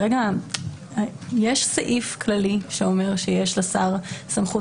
כרגע יש סעיף כללי שאומר שיש לשר סמכות